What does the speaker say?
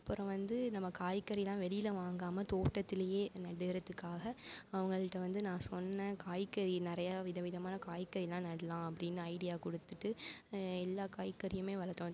அப்புறம் வந்து நம்ப காய்கறிலாம் வெளியில வாங்காம தோட்டத்துலையே நடுறத்துக்காக அவங்கள்ட வந்து நான் சொன்னேன் காய்கறி நிறையா விதவிதமான காய்கறிலாம் நட்லாம் அப்படினு ஐடியா கொடுத்துட்டு எல்லா காய்கறியுமே வளர்த்தோம்